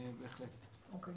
תודה.